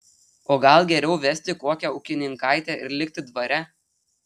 o gal geriau vesti kokią ūkininkaitę ir likti dvare